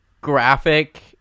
graphic